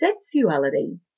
sexuality